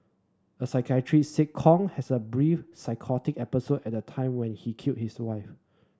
a psychiatrist said Kong has a brief psychotic episode at the time when he killed his wife